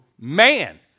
man